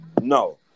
No